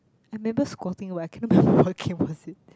I remember squatting but I cannot remember what game was it